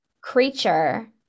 creature